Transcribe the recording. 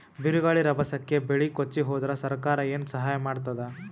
ಬಿರುಗಾಳಿ ರಭಸಕ್ಕೆ ಬೆಳೆ ಕೊಚ್ಚಿಹೋದರ ಸರಕಾರ ಏನು ಸಹಾಯ ಮಾಡತ್ತದ?